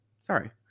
Sorry